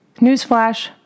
newsflash